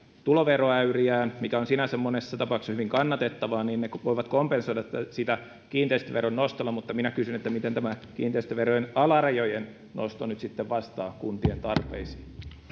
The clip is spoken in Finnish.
tuloveroäyriään mikä on sinänsä monessa tapauksessa hyvin kannatettavaa niin ne voivat kompensoida sitä kiinteistöveron nostolla mutta minä kysyn miten tämä kiinteistöverojen alarajojen nosto nyt sitten vastaa kuntien tarpeisiin